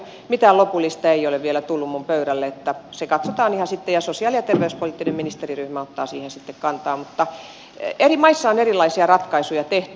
mitään lopullista ei ole vielä tullut minun pöydälleni niin että se katsotaan ihan sitten ja sosiaali ja terveyspoliittinen ministeriryhmä ottaa siihen sitten kantaa mutta eri maissa on erilaisia ratkaisuja tehty